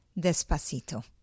Despacito